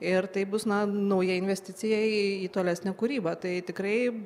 ir tai bus nauja investicija į tolesnę kūrybą tai tikrai